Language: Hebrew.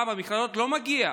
מה, למכללות לא מגיע?